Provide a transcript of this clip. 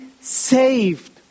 saved